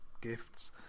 gifts